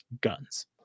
guns